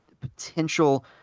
potential